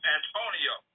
Antonio